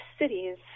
cities